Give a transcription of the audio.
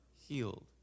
healed